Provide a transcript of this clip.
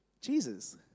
Jesus